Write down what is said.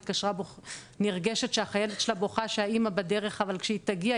היא התקשרה נרגשת שהחיילת שלה בוכה שהאמא שלה בדרך אבל כשהיא תגיע,